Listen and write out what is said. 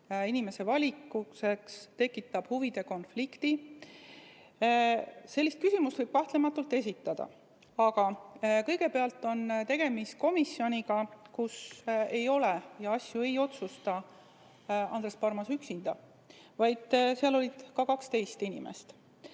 inimese valimise üle, tekitab huvide konflikti. Sellist küsimust võib kahtlematult esitada. Aga kõigepealt on tegemist komisjoniga, kus asju ei otsusta Andres Parmas üksinda, vaid seal oli ka kaks teist